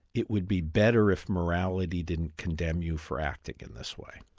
it would be better if morality didn't condemn you for acting in this way.